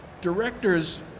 directors